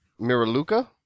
Miraluka